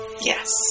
Yes